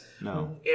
No